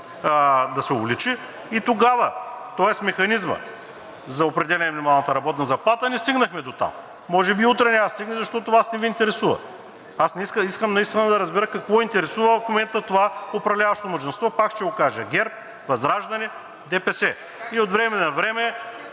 да се увеличи, тоест механизмът за определяне на минималната работна заплата, не стигнахме дотам. Може би и утре няма да стигнем, защото Вас не Ви интересува. Искам наистина да разбера какво интересува в момента това управляващо мнозинство. Пак ще го кажа – ГЕРБ, ВЪЗРАЖДАНЕ, ДПС и от време на